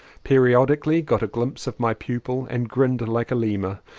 periodically got a glimpse of my pupil and grinned like a lemur.